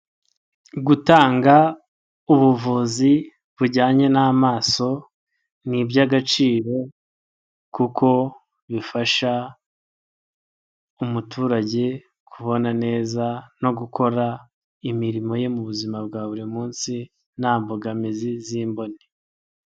Gutanga ubuvuzi bujyanye n'amaso, ni iby'agaciro kuko bifasha umuturage kubona neza no gukora imirimo ye mu buzima bwa buri munsi nta mbogamizi z'imboni.